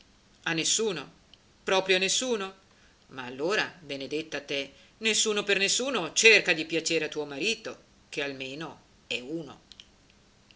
a nessuno proprio a nessuno ma allora benedetta te nessuno per nessuno cerca di piacere a tuo marito che almeno è uno